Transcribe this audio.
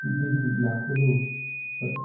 तिथेही लाखो लोक